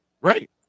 Right